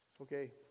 Okay